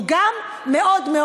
הוא גם זהיר מאוד.